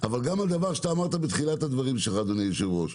אבל גם על דבר שאתה אמרת בתחילת דבריך אדוני היו"ר,